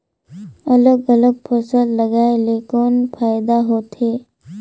अलग अलग फसल लगाय ले कौन फायदा होथे?